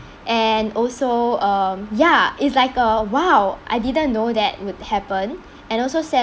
and also um ya it's like uh !wow! I didn't know that would happen and also sent